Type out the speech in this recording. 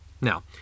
Now